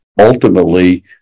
Ultimately